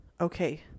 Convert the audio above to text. Okay